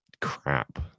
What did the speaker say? crap